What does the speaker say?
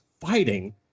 fighting